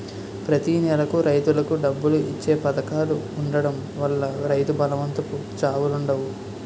ప్రతి నెలకు రైతులకు డబ్బులు ఇచ్చే పధకాలు ఉండడం వల్ల రైతు బలవంతపు చావులుండవు